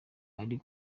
ari